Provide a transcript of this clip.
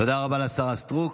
תודה רבה לשרה סטרוק.